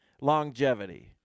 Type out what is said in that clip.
longevity